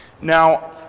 now